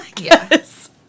Yes